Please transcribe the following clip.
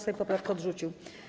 Sejm poprawkę odrzucił.